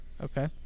Okay